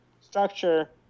structure